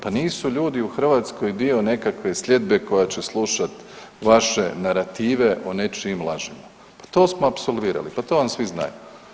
Pa nisu ljudi u Hrvatskoj dio nekakve sljedbe koja će slušat vaše narative o nečijim lažima, pa to smo apsolvirali, pa to vam svi znaju.